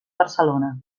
barcelona